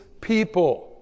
people